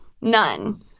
none